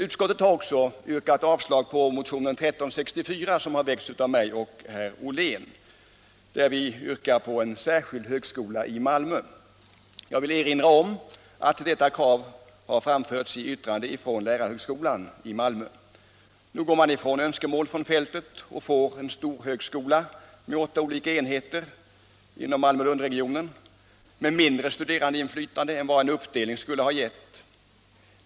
Utskottet har också yrkat avslag på motionen 1364, som har väckts av mig och herr Ollén. Vi yrkar där på en särskild högskola i Malmö. Jag vill erinra om att detta krav har framförts i yttrande från lärarhögskolan i Malmö. Nu går man ifrån önskemål från fältet och får en storhögskola med åtta olika enheter inom Malmö-Lund-regionen med mindre studerandeinflytande än vad en uppdelning skulle ha gett.